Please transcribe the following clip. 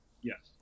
Yes